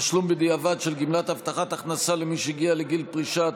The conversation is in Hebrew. (תשלום בדיעבד של גמלת הבטחת הכנסה למי שהגיע לגיל פרישה),